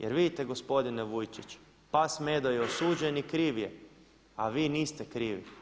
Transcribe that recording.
Jer vidite gospodine Vujčić pas Medo je osuđen i kriv je a vi niste krivi.